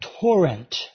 torrent